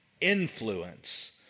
influence